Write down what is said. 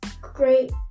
great